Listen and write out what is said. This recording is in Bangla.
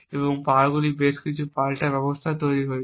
এবং এই বছরগুলিতে বেশ কয়েকটি পাল্টা ব্যবস্থা তৈরি করা হয়েছে